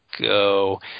go